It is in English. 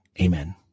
Amen